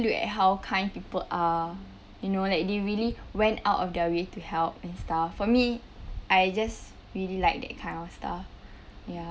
look at how kind people are you know like they really went out of their way to help and stuff for me I just really like that kind of stuff ya